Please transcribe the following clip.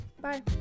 Bye